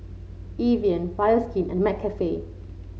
Evian Bioskin and McCafe